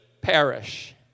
perish